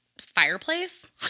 fireplace